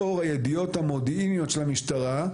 לאור הידיעות המודיעיניות של המשטרה,